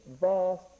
vast